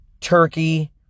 turkey